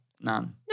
None